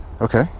Okay